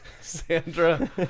Sandra